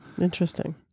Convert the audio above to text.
Interesting